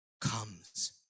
comes